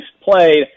played